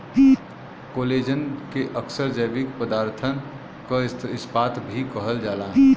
collagen के अक्सर जैविक पदारथन क इस्पात भी कहल जाला